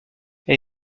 elle